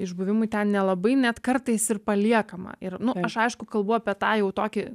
išbuvimui ten nelabai net kartais ir paliekama ir aš aišku kalbu apie tą jau tokį